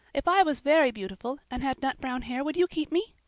if i was very beautiful and had nut-brown hair would you keep me?